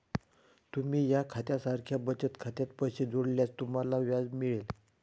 तुम्ही या खात्या सारख्या बचत खात्यात पैसे जोडल्यास तुम्हाला व्याज मिळेल